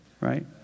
Right